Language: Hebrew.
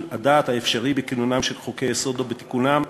הדעת האפשרי בכינונם של חוקי-יסוד ובתיקונם".